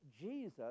Jesus